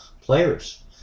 players